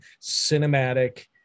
cinematic